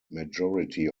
majority